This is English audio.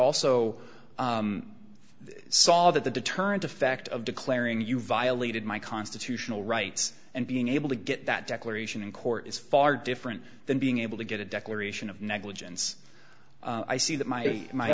also saw that the deterrent effect of declaring you violated my constitutional rights and being able to get that declaration in court is far different than being able to get a declaration of negligence i see that my my